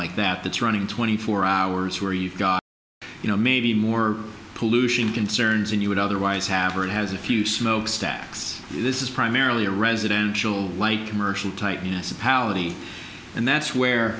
like that that's running twenty four hours where you've got you know maybe more pollution concerns and you would otherwise have or it has a few smokestacks this is primarily a residential like commercial tightness of paoli and that's where